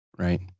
Right